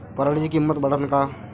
पराटीची किंमत वाढन का?